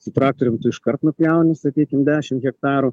su traktorium tu iškart nupjauni sakykim dešim hektarų